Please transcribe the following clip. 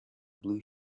blue